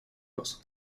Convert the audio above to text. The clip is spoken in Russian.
вас